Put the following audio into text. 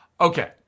Okay